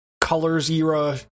Colors-era